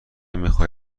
میخای